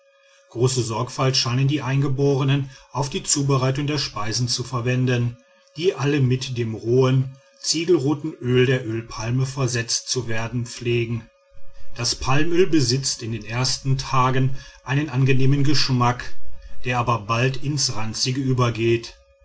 große sorgfalt scheinen die eingeborenen auf die zubereitung der speisen zu verwenden die alle mit dem rohen ziegelroten öl der ölpalme versetzt zu werden pflegen das palmöl besitzt in den ersten tagen einen angenehmen geschmack der aber bald ins ranzige übergeht